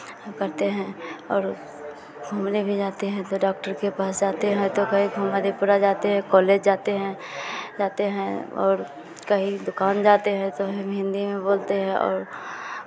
करते हैं और घूमने भी जाते हैं तो डॉक्टर के पास जाते हैं तो कहीं जाते हैं तो कॉलेज जाते हैं जाते हैं और कहीं दुकान जाते हैं तो हम हिन्दी में बोलते हैं और